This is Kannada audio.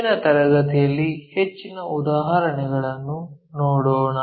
ಮುಂದಿನ ತರಗತಿಯಲ್ಲಿ ಹೆಚ್ಚಿನ ಉದಾಹರಣೆಗಳನ್ನು ನೋಡೋಣ